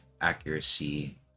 accuracy